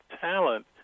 talent